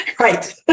Right